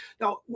now